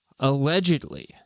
Allegedly